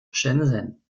shenzhen